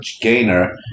gainer